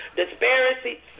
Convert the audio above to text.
disparities